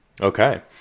Okay